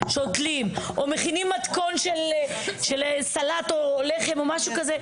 שותלים או מכינים מתכון של סלט או לחם או משהו כזה.